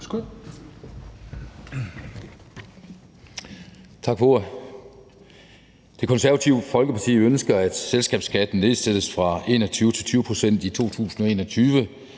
for ordet. Det Konservative Folkeparti ønsker, at selskabsskatten nedsættes fra 22 til 21 pct. i 2021